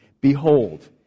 Behold